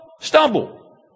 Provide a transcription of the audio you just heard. stumble